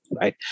Right